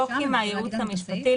נבדוק עם הייעוץ המשפטי.